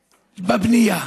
בבנייה.